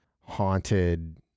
haunted